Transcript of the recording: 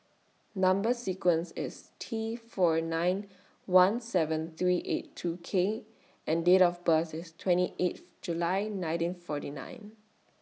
Number sequence IS T four nine one seven three eight two K and Date of birth IS twenty eighth July nineteen forty nine